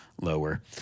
lower